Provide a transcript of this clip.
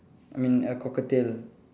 I mean a cockatiel